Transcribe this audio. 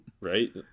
right